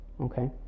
Okay